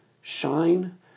Shine